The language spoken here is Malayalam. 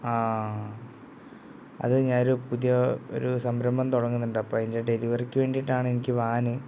ആ അത് ഞാൻ ഒരു പുതിയ ഒരു സംരംഭം തുടങ്ങുന്നുണ്ട് അപ്പോൾ അതിൻ്റെ ഡെലിവറിക്ക് വേണ്ടിയിട്ടാണ് എനിക്ക് വാന്